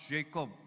Jacob